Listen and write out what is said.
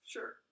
Sure